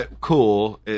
cool